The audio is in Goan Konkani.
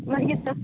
मागीर सर